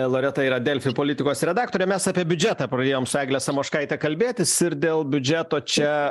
loreta yra delfi politikos redaktorė mes apie biudžetą pradėjom su egle samoškaite kalbėtis ir dėl biudžeto čia